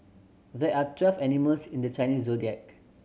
there are twelve animals in the Chinese Zodiac